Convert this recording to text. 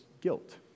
guilt